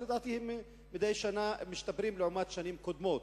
שמדי שנה משתפרים לעומת שנים קודמות,